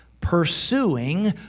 pursuing